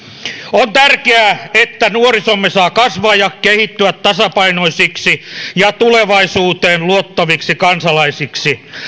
on tärkeää että nuorisomme saa kasvaa ja kehittyä tasapainoisiksi ja tulevaisuuteen luottaviksi kansalaisiksi